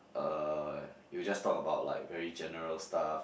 uh you will just talk like about very general stuff